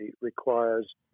requires